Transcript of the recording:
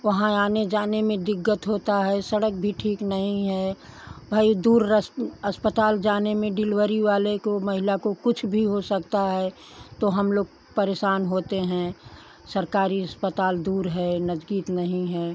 वहाँ आने जाने में दिक्कत होता है सड़क भी ठीक नहीं है भई दूर अस्पताल जाने में डिलवरी वाले को महिला को कुछ भी हो सकता है तो हम लोग परेशान होते हैं सरकारी अस्पताल दूर है नजदीक नहीं है